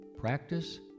practice